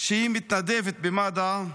שהיא מתנדבת במד"א,